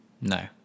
No